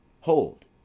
Hold